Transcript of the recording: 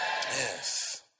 Yes